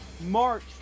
March